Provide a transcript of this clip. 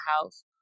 house